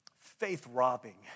faith-robbing